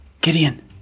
Gideon